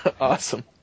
Awesome